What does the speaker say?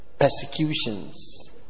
Persecutions